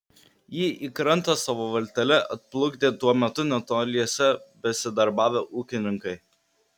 jį į krantą savo valtele atplukdė tuo metu netoliese besidarbavę ūkininkai